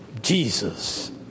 Jesus